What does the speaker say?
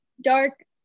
dark